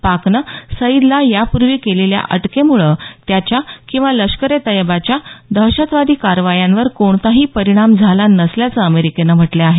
पाकने सईदला यापूर्वी केलेल्या अटकेमुळं त्याच्या किंवा लष्कर ए तयबाच्या दहशतवादी कारवायांवर कोणताही परिणाम झाला नसल्याचं अमेरिकनं म्हटलं आहे